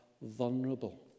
vulnerable